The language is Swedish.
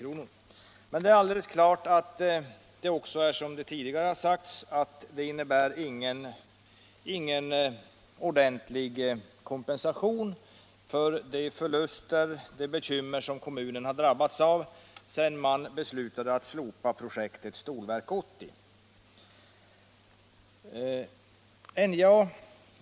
Såsom har sagts här tidigare innebär detta ändå inte någon full kompensation för de förluster och bekymmer som kommunen har drabbats av sedan man beslutade att slopa projektet Stålverk 80.